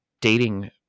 dating